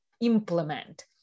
implement